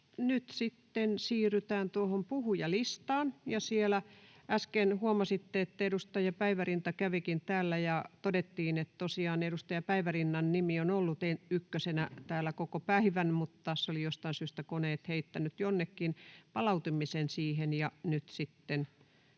siirrytään tuohon puhujalistaan. Äsken huomasitte, että edustaja Päivärinta kävikin täällä, ja todettiin, että tosiaan edustaja Päivärinnan nimi on ollut ykkösenä täällä koko päivän, mutta sen olivat jostain syystä koneet heittäneet jonnekin. Palautimme sen siihen,